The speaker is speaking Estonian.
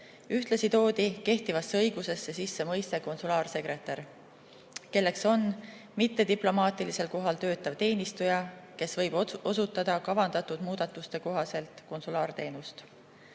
Ühtlasi toodi kehtivasse õigusesse sisse termin "konsulaarsekretär" – mittediplomaatilisel kohal töötav teenistuja, kes võib osutada kavandatud muudatuste kohaselt konsulaarteenust.